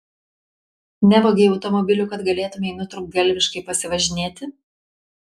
nevogei automobilių kad galėtumei nutrūktgalviškai pasivažinėti